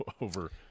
over